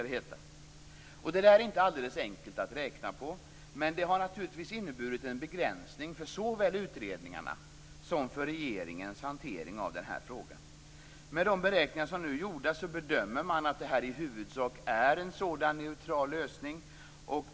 Det är inte alldeles enkelt att räkna på detta, men det har naturligtvis inneburit en begränsning såväl för utredningarna som för regeringens hantering av frågan. Med de beräkningar som nu är gjorda bedömer man att detta i huvudsak är en sådan neutral lösning.